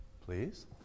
Please